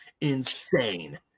insane